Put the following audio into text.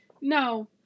No